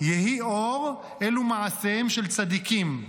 יהי אור אלו מעשיהם של צדיקים.